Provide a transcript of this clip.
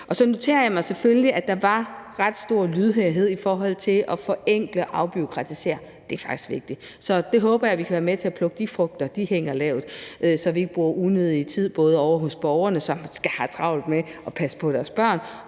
Så noterer jeg mig selvfølgelig, at der var ret stor lydhørhed i forhold til at forenkle og afbureaukratisere. Det er faktisk vigtigt. Jeg håber, at man kan være med på at plukke de frugter – de hænger lavt – så borgerne, som har travlt med at passe på deres børn,